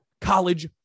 college